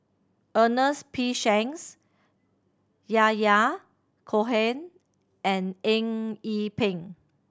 Ernest P Shanks Yahya Cohen and Eng Yee Peng